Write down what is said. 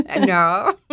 No